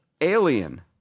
Alien